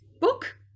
book